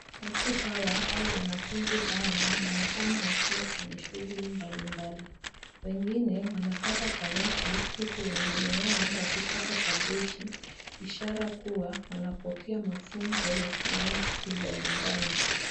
Watu hawa, au wanafunzi hawa wanaonekana wakiwa kwenye shughuli mbali mbali. Wengine wanakata karoti huku wengine wao wakikata kabeji, ishara kuwa wanapokea mafunzo ya sayansi ya nyumbani.